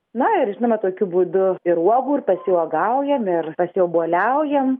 na ir žinoma tokiu būdu ir uogų ir pasijuogaujam ir pasiobuoliaujam